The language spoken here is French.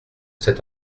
cet